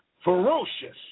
Ferocious